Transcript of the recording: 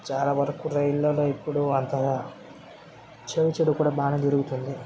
చాలా వరకు రైల్లోనే ఇప్పుడూ అంతగా చేయించడం కూడా బాగానే తిరుగుతుంది